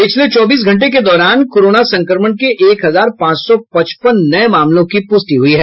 पिछले चौबीस घंटे में कोरोना संक्रमण के एक हजार पांच सौ पचपन नये मामलों की प्रष्टि हुई है